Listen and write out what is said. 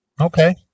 Okay